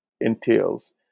entails